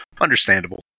understandable